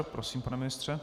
Prosím, pane ministře.